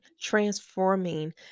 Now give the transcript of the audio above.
transforming